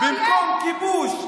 במקום כיבוש,